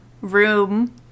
room